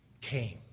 came